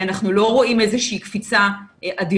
אנחנו לא רואים איזה שהיא קפיצה אדירה,